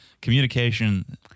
Communication